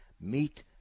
meet